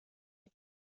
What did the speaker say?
die